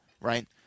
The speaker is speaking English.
right